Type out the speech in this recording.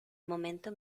momento